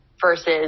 versus